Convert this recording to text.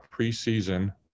preseason